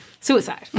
suicide